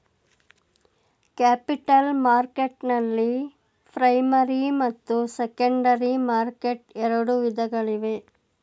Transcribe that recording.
capital ಮಾರ್ಕೆಟ್ನಲ್ಲಿ primary ಮತ್ತು secondary market ಎರಡು ವಿಧಗಳಿವೆ